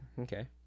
okay